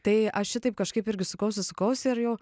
tai aš šitaip kažkaip irgi sukausi sukausi ir jau